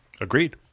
agreed